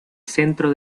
centro